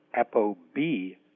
apoB